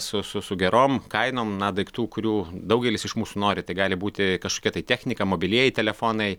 su su su gerom kainom na daiktų kurių daugelis iš mūsų nori tai gali būti kažkokia tai technika mobilieji telefonai